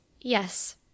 Yes